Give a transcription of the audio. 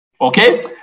Okay